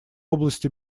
области